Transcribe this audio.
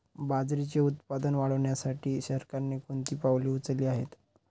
बाजरीचे उत्पादन वाढविण्यासाठी सरकारने कोणती पावले उचलली आहेत?